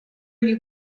you